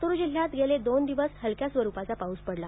लातूर जिल्ह्यात गेले दोन दिवस हलक्या स्वरुपाचा पाउस पडला